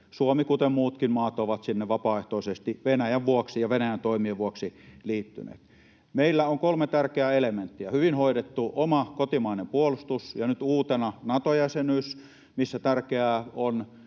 Suomi, kuten muutkin maat, on sinne vapaaehtoisesti liittynyt Venäjän toimien vuoksi. Meillä on kolme tärkeää elementtiä: hyvin hoidettu oma, kotimainen puolustus ja nyt uutena Nato-jäsenyys, missä tärkeää on